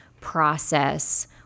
process